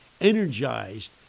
energized